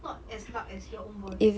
not as loud as your own voice